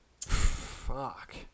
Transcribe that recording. Fuck